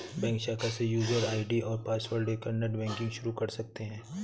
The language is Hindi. बैंक शाखा से यूजर आई.डी और पॉसवर्ड लेकर नेटबैंकिंग शुरू कर सकते है